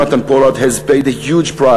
Jonathan Polard has paid a huge price